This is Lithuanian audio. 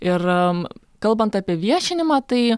ir kalbant apie viešinimą tai